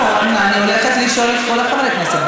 אני הולכת לשאול את כל חברי הכנסת,